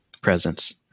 presence